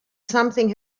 something